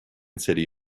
city